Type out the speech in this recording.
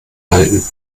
halten